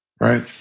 right